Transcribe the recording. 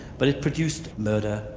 but it produced murder,